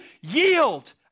yield